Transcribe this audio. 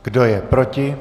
Kdo je proti?